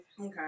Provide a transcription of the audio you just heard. Okay